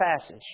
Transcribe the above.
passage